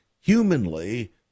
humanly